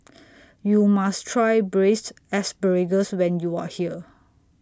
YOU must Try Braised Asparagus when YOU Are here